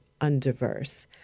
undiverse